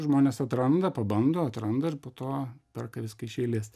žmonės atranda pabando atranda ir po to perka viską iš eilės